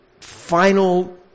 final